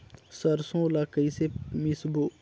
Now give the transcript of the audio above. सरसो ला कइसे मिसबो?